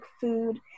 food